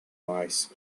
noise